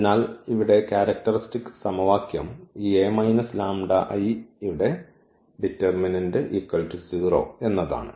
അതിനാൽ ഇവിടെ ക്യാരക്ടർസ്റ്റിക്സ് സമവാക്യം ഈ ന്റെ ഡിറ്റർമിനന്റ് 0 എന്നതാണ്